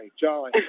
jolly